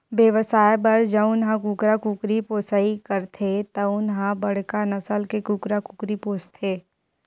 बेवसाय बर जउन ह कुकरा कुकरी पोसइ करथे तउन ह बड़का नसल के कुकरा कुकरी पोसथे